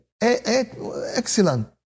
Excellent